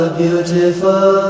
beautiful